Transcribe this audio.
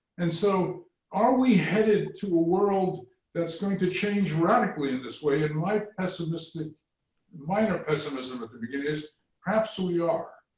and so are we headed to a world that's going to change radically in this way? and my minor pessimism at the beginning is perhaps we are.